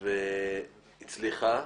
-- והצליחה,